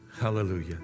Hallelujah